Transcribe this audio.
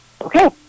Okay